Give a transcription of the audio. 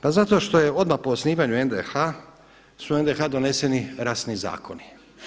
Pa zato što je odmah po osnivanju HDH su u NDH doneseni rasni zakoni.